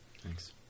Thanks